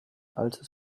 altes